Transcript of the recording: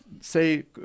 Say